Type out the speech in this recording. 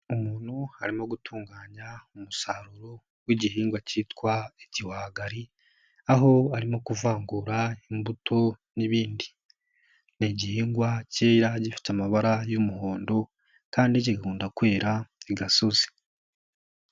Umuntu arimo gutunganya umusaruro w'igihingwa Kitwa igihwagari, aho arimo kuvangura imbuto n'ibindi. Ni igihingwa cyera gifite amabara y'umuhondo, kandi kigakunda kwera i gasozi.